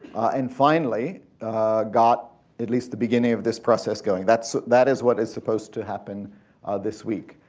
and finally got at least the beginning of this process going. that so that is what is supposed to happen this week.